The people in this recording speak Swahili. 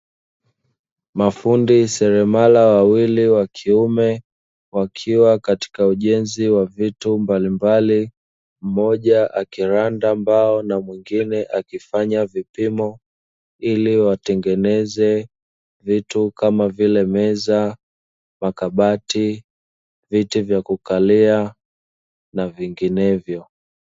Mafundi seremala wawili wa kiume wakiwa katika ujenzi wa vitu mbalimbali, mmoja akiranda mbao na mwingine akifanya vipimo ili watengeneze vitu kama vile: meza, makabati, viti vya kukalia na vinginevyo.